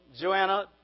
Joanna